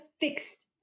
fixed –